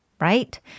right